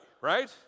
right